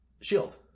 Shield